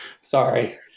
Sorry